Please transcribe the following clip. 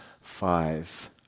five